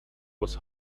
was